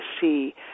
see